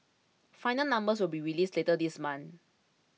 final numbers will be released later this month